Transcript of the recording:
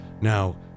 Now